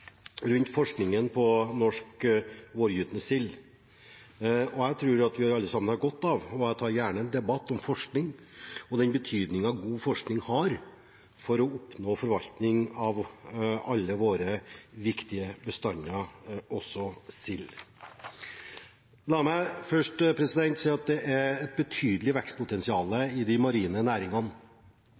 rundt forskningen på norsk vårgytende sild. Jeg tror vi alle har godt av – og jeg tar den gjerne – en debatt om forskning og betydningen god forskning har for å oppnå forvaltning av alle våre viktige bestander, også sild. La meg først si at det er et betydelig vekstpotensial i de marine næringene.